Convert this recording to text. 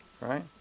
right